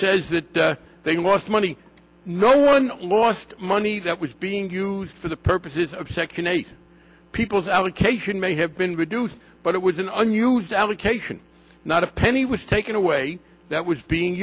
says that they lost money no one lost money that was being used for the purposes of second eight people's allocation may have been reduced but it was an unused allocation not a penny was taken away that was being